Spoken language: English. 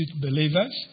believers